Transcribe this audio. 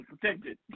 protected